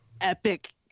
epic